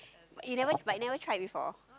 but you never but you never tried before